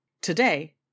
Today